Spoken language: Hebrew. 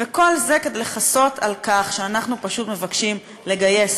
וכל זה כדי לכסות על כך שאנחנו פשוט מבקשים לגייס